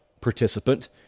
participant